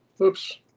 Oops